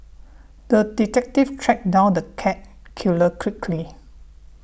the detective tracked down the cat killer quickly